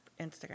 Instagram